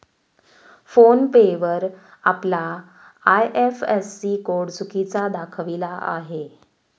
phone पे वर आपला IFSC code चुकीचा दाखविला आहे